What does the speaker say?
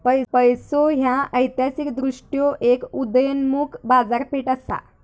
पैसो ह्या ऐतिहासिकदृष्ट्यो एक उदयोन्मुख बाजारपेठ असा